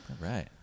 Right